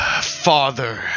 father